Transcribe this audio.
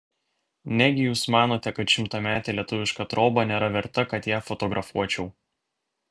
negi jūs manote kad šimtametė lietuviška troba nėra verta kad ją fotografuočiau